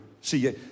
See